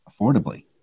affordably